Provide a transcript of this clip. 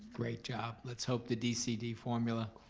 great job. let's hope the dcd formula